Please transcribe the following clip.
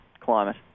climate